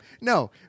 No